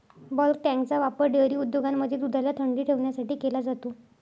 bulk टँकचा वापर dairy उद्योगांमध्ये दुधाला थंडी ठेवण्यासाठी केला जातो